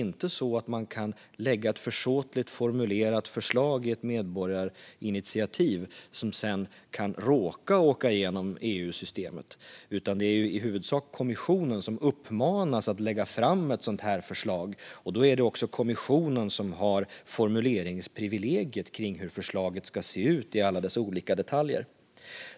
Man kan inte lägga ett försåtligt formulerat förslag i ett medborgarinitiativ som sedan kan råka åka igenom EU-systemet, utan det är i huvudsak kommissionen som uppmanas att lägga fram ett sådant här förslag. Då är det också kommissionen som har privilegiet att formulera förslaget i alla dess olika detaljer.